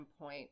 point